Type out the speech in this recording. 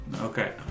Okay